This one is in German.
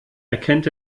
erkennt